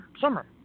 summer